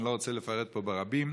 ואני לא רוצה לפרט פה ברבים,